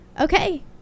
okay